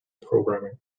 programming